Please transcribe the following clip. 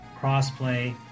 crossplay